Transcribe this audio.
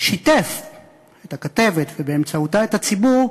שיתף את הכתבת, ובאמצעותה את הציבור,